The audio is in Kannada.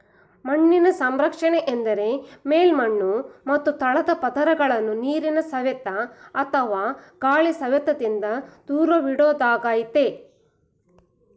ಮಣ್ಣಿನ ಸಂರಕ್ಷಣೆ ಎಂದರೆ ಮೇಲ್ಮಣ್ಣು ಮತ್ತು ತಳದ ಪದರಗಳನ್ನು ನೀರಿನ ಸವೆತ ಅಥವಾ ಗಾಳಿ ಸವೆತದಿಂದ ದೂರವಿಡೋದಾಗಯ್ತೆ